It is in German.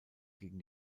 gegen